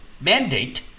mandate